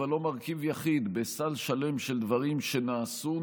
אבל לא מרכיב יחיד בסל שלם של דברים שנעשו,